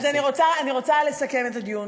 אז אני רוצה לסכם את הדיון.